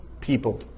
people